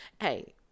Hey